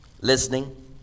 listening